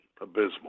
abysmal